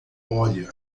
olha